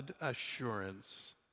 assurance